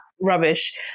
rubbish